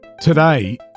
Today